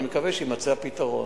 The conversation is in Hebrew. אני מקווה שיימצא הפתרון.